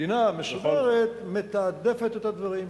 מדינה מסודרת מתעדפת את הדברים ואומרת: